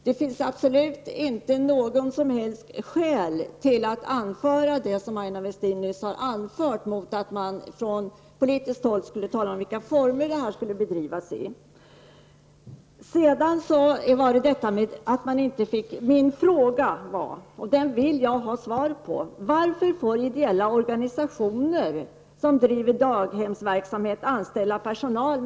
Det finns absolut inte något skäl att anföra det som Aina Westin anförde, dvs. att man från politiskt håll skulle tala om i vilka former verksamheten skall bedrivas. Min fråga var -- och den vill jag ha svar på: Varför får ideella organisationer men inte förskollärare, som driver dagisverksamhet anställa personal?